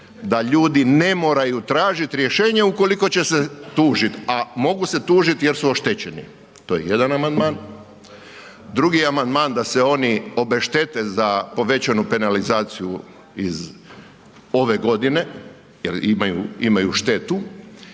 da ljudi ne moraju tražiti rješenje ukoliko će se tužit, a mogu se tužit jer su oštećeni. To je jedan amandman. Drugi je amandman da se oni obeštete za povećanu penalizaciju iz ove godine, jer imaju štetu.